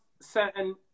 certain